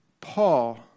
Paul